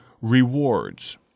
rewards